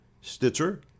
Stitcher